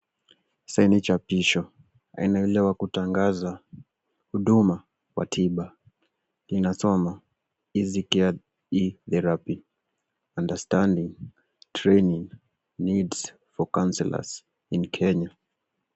Saini chapisho aina ile wa kutangaza huduma wa tiba. Inasoma, Easy care e therapy, understanding, training need for counselors in Kenya .